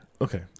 Okay